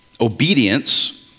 obedience